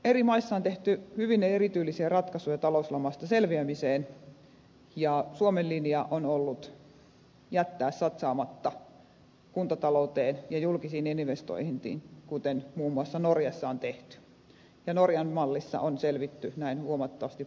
eri maissa on tehty hyvin erityylisiä ratkaisuja talouslamasta selviämiseksi ja suomen linja on ollut jättää satsaamatta kuntatalouteen ja julkisiin investointeihin kuten muun muassa norjassa on tehty ja norjan mallissa on selvitty näin huomattavasti paremmin